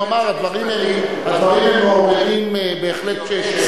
הוא אמר: הדברים מעוררים בהחלט שאלות.